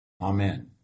Amen